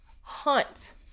hunt